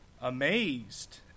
amazed